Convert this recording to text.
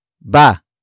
Ba